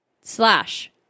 slash